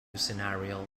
scenario